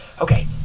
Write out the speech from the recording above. Okay